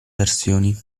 versioni